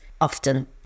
often